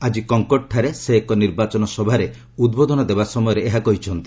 ଆଜି କଙ୍କଡଠାରେ ସେ ଏକ ନିର୍ବାଚନ ସଭାରେ ଉଦ୍ବୋଧନ ଦେବା ସମୟରେ ଏହା କହିଛନ୍ତି